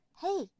Hey